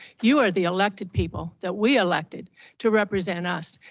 you are the elected people that we elected to represent us.